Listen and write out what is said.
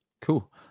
Cool